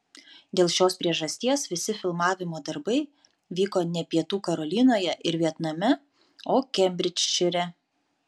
dėl šios priežasties visi filmavimo darbai vyko ne pietų karolinoje ir vietname o kembridžšyre